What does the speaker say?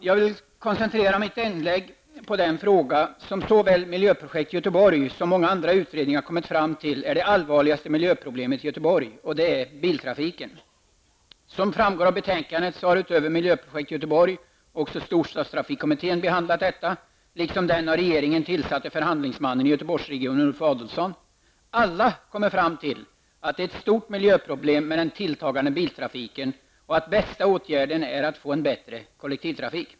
Jag vill slutligen ta upp den fråga som såväl miljöprojekt Göteborg som många andra utredningar kommit fram till är det allvarligaste miljöproblemet i Göteborg -- biltrafiken. Som framgår av betänkandet så har utöver miljöprojekt Göteborg också storstadstrafikkommittén behandlat detta liksom den av regeringen tillsatte förhandlingsmannen i Göteborgsregionen Ulf Adelsohn. Alla kommer fram till att det är ett stort miljöproblem med den tilltagande biltrafiken och att bästa åtgärden är att få en bättre kollektivtrafik.